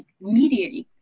media